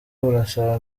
burasaba